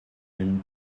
une